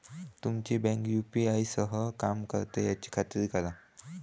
तुमची bank UPI सह काम करता याची खात्री करा